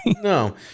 No